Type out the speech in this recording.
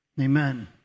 Amen